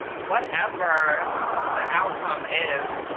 whatever the outcome is,